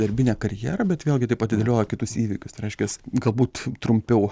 darbinę karjerą bet vėlgi taip atidėlioja kitus įvykius tai reiškiasi galbūt trumpiau